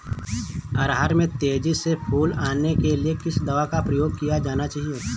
अरहर में तेजी से फूल आने के लिए किस दवा का प्रयोग किया जाना चाहिए?